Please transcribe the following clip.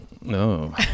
No